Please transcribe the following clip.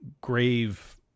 grave